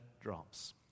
drops